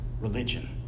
religion